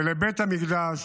ולבית המקדש